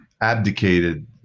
abdicated